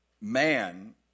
man